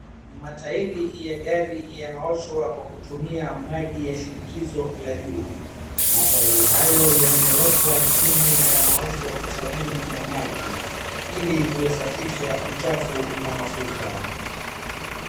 Matairi ya gari yanaoshwa kwa kutumia maji ya shinikizo la juu. Matairi hayo yamewekwa chini na yanaoshwa kwa sabuni na maji ili kusafisha uchafu na mafuta.